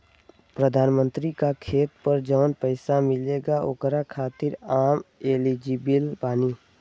प्रधानमंत्री का खेत पर जवन पैसा मिलेगा ओकरा खातिन आम एलिजिबल बानी?